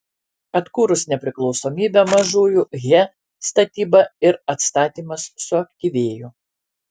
atkūrus nepriklausomybę mažųjų he statyba ir atstatymas suaktyvėjo